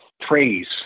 praise